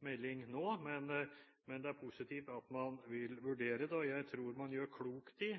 Men det er positivt at man vil vurdere det, og jeg tror man gjør klokt i